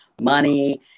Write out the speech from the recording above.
money